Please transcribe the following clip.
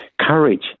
Courage